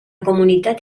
comunitat